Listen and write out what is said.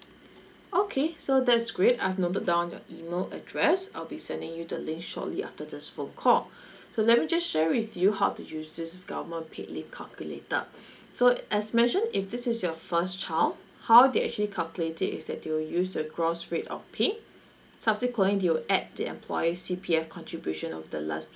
okay so that's great I've noted down your email address I'll be sending you the link shortly after this phone call so let me just share with you how to use this government paid leave calculator so as mentioned if this is your first child how they actually calculate it is that they'll use the gross rate of pay subsequent they'll add the employee C_P_F contribution of the last